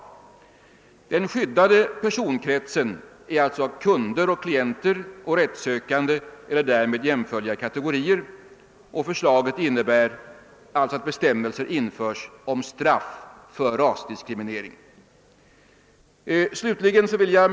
Den skyddade personkretsen är alltså kunder, klienter och rättssökande och därmed jämförliga kategorier, och förslaget innebär att bestämmelser införes om straff för sådan rasdiskriminering.